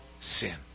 Sin